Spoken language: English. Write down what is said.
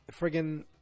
friggin